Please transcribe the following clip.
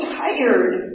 tired